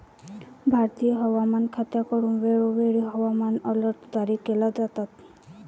भारतीय हवामान खात्याकडून वेळोवेळी हवामान अलर्ट जारी केले जातात